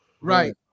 Right